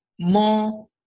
more